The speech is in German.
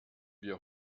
wir